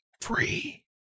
free